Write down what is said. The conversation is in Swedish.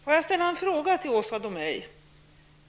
Herr talman! Låt mig ställa en fråga till Åsa Domeij.